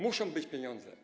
Muszą być pieniądze.